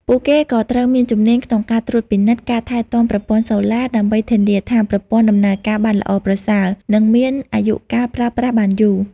ពួកគេក៏ត្រូវមានជំនាញក្នុងការត្រួតពិនិត្យ ការថែទាំប្រព័ន្ធសូឡា ដើម្បីធានាថាប្រព័ន្ធដំណើរការបានល្អប្រសើរ និងមានអាយុកាលប្រើប្រាស់បានយូរ។